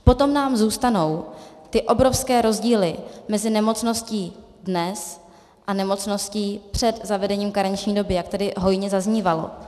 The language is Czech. Potom nám zůstanou ty obrovské rozdíly mezi nemocností dnes a nemocností před zavedením karenční doby, jak tady hojně zaznívalo.